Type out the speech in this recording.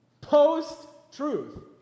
Post-truth